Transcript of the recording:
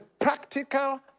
practical